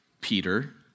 Peter